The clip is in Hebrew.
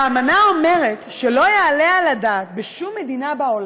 האמנה אומרת שלא יעלה על הדעת, בשום מדינה בעולם,